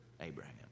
Abraham